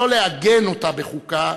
לא לעגן אותה בחוקה,